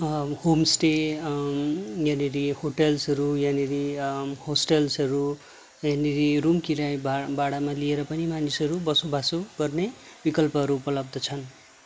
home stay यहाँनेर होटेल्सहरू यहाँनेर हस्टेल्सहरू यहाँनेर रुम किराया भाडामा लिएर पनि मानिसहरू बसोबोसो गर्ने विकल्पहरू उपलब्ध छन्